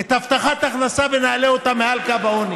את הבטחת ההכנסה ונעלה אותם מעל קו העוני,